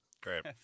Great